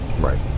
right